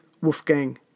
Wolfgang